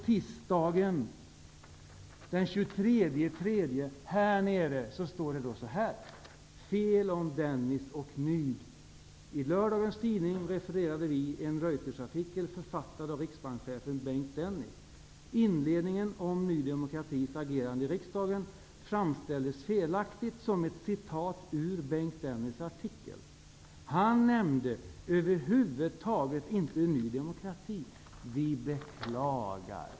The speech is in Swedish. Tisdagen den 23 mars återkommer man med följande notis: I lördagens tidning refererade vi en Reuterartikel, författad av riksbankschefen Bengt Dennis. Inledningen om ny demokratis agerande i riksdagen framställdes felaktigt som ett citat ur Bengt Dennis artikel. Han nämnde över huvud taget inte Ny demokrati. Vi beklagar.''